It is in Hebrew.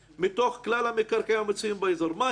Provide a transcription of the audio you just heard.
מתוך כלל המקרקעין המצויים באזור מה היקף